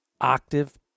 octave